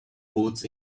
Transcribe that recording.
boots